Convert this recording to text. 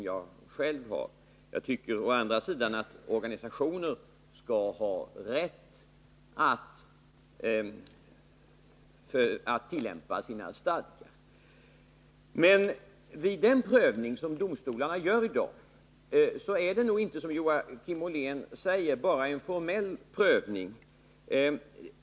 Jag tycker å andra sidan att organisationer skall ha rätt att tillämpa sina stadgar. Men vid den prövning som domstolarna gör i dag är det nog inte, som Joakim Ollén säger, bara fråga om en formell prövning.